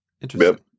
interesting